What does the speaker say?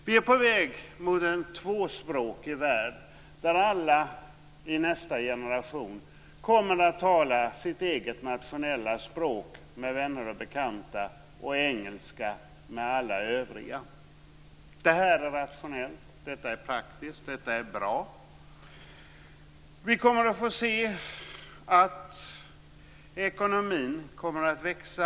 Vi är på väg mot en tvåspråkig värld där alla i nästa generation kommer att tala sitt eget nationella språk med vänner och bekanta och engelska med alla övriga. Det här är rationellt. Det är praktiskt. Det är bra. Vi kommer att få se att ekonomin kommer att växa.